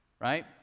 right